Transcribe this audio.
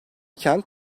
kent